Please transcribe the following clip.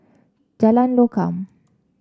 Jalan Lokam